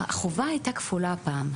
החובה הייתה כפולה הפעם.